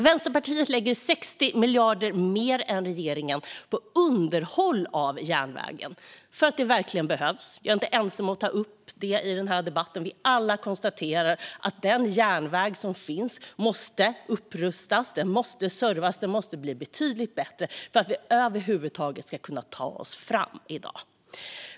Vänsterpartiet lägger 60 miljarder mer än regeringen på underhåll av järnvägen för att det verkligen behövs. Jag är inte ensam om att ta upp det i denna debatt; alla konstaterar vi att den järnväg som finns måste upprustas, servas och bli betydligt bättre för att vi över huvud taget ska kunna ta oss fram.